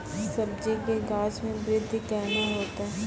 सब्जी के गाछ मे बृद्धि कैना होतै?